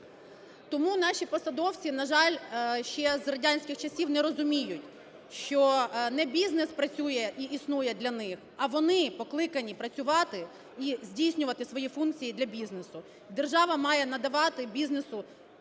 Тому наші посадовці, на жаль, ще з радянських часів не розуміють, що не бізнес працює і існує для них, а вони покликані працювати і здійснювати свої функції для бізнесу. Держава має надавати бізнесу